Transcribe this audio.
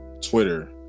Twitter